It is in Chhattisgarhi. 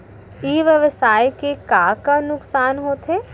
ई व्यवसाय के का का नुक़सान होथे?